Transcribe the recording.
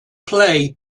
play